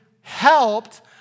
helped